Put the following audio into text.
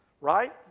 Right